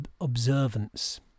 observance